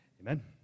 amen